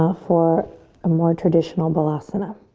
ah for a more traditional balasana.